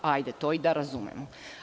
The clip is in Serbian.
Hajde, to i da razumem.